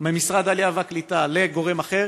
ממשרד העלייה והקליטה לגורם אחר,